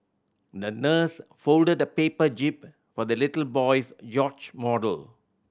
the nurse folded a paper jib for the little boy's yacht model